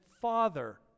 father